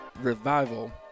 Revival